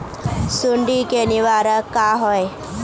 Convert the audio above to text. सुंडी के निवारक उपाय का होए?